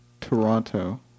Toronto